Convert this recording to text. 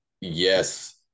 yes